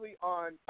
on